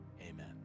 amen